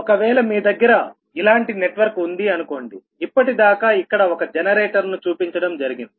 ఒకవేళ మీ దగ్గర ఇలాంటి నెట్వర్కు ఉంది అనుకోండి ఇప్పటిదాకా ఇక్కడ ఒక జనరేటర్ ను చూపించడం జరిగింది